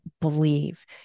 believe